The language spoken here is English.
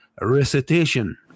recitation